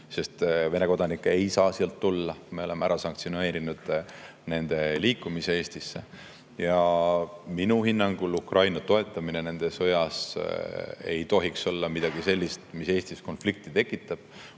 sest Vene kodanikke ei saa sealt tulla, me oleme ära sanktsioneerinud nende liikumise Eestisse. Minu hinnangul Ukraina toetamine nende sõjas ei tohiks olla midagi sellist, mis Eestis konflikti tekitab.